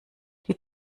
die